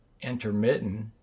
intermittent